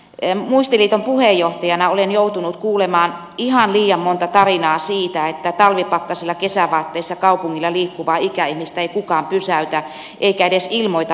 muistiliiton puheenjohtajana olen joutunut kuulemaan ihan liian monta tarinaa siitä että talvipakkasilla kesävaatteissa kaupungilla liikkuvaa ikäihmistä ei kukaan pysäytä eikä edes ilmoita asiasta minnekään